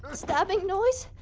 stabbing noise?